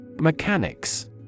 Mechanics